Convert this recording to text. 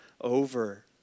over